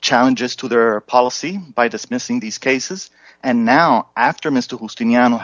challenges to their policy by dismissing these cases and now after mystical s